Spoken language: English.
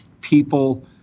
people